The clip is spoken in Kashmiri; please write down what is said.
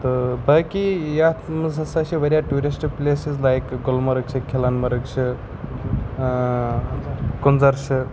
تہٕ باقٕے یَتھ منٛز ہَسا چھِ واریاہ ٹیوٗرِسٹ پٕلیسز لایک گُلمرگ چھِ کھِلَن مرگ چھِ کُنزَر چھِ